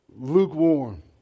Lukewarm